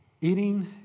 Eating